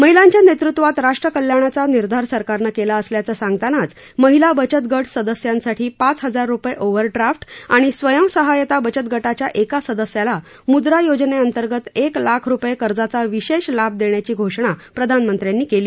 महिलांच्या नेतृत्वात राष्ट्र कल्याणाचा निर्धार सरकारनं केला असल्याचं सांगतानाच महिला बचत गट सदस्यांसाठी पाच हजार रुपये ओव्हरड्राफ्ट आणि स्वयंसहायता बचत गटाच्या एका सदस्याला मुद्रा योजनेअंतर्गत एक लाख रुपये कर्जाचा विशेष लाभ देण्याची घोषणा प्रधानमंत्र्यांनी केली